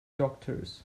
doctors